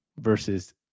versus